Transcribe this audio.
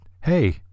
Hey